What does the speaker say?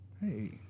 Hey